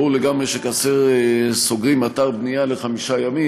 ברור לגמרי שכאשר סוגרים אתר בנייה לחמישה ימים